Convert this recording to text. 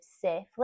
safely